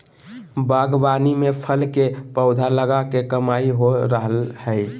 बागवानी में फल के पौधा लगा के कमाई हो रहल हई